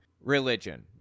religion